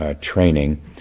training